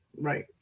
Right